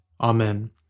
Amen